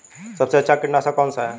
सबसे अच्छा कीटनाशक कौन सा है?